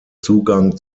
zugang